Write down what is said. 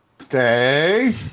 stay